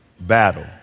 battle